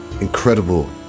incredible